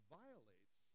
violates